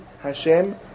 Hashem